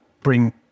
bring